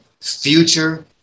future